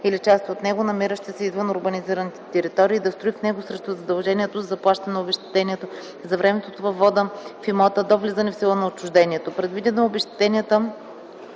или части от него, намиращи се извън урбанизираните територии, и да строи в него срещу задължението за заплащане на обезщетение за времето от въвода в имота до влизане в сила на отчуждението.